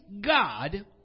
God